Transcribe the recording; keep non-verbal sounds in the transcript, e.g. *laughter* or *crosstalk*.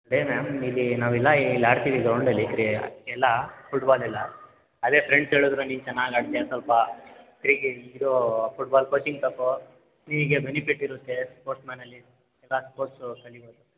ಅದೆ ಮ್ಯಾಮ್ ನಿಲೀ ನಾವೆಲ್ಲ ಇಲ್ಲಿ ಆಡ್ತೀವಿ ಗ್ರೌಂಡಲ್ಲಿ ಕ್ರೇಯ ಎಲ್ಲಾ ಫುಟ್ಬಾಲ್ ಎಲ್ಲಾ ಅದೆ ಫ್ರೆಂಡ್ ಕೇಳಿದರು ನೀನು ಚೆನ್ನಾಗಿ ಆಡ್ತಿಯ ಸ್ವಲ್ಪ *unintelligible* ಇದು ಫುಟ್ಬಾಲ್ ಕೋಚಿಂಗ್ ತಕೋ ನಿನಗೆ ಬೆನಿಫಿಟ್ ಇರುತ್ತೆ ಸ್ಪೋರ್ಟ್ಸ್ ಮ್ಯಾನಲಿ ಎಲ್ಲ ಸ್ಪೋರ್ಟ್ಸು ಕಲಿಬೋದು